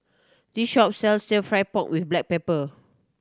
this shop sells Stir Fried Pork With Black Pepper